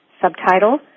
Subtitle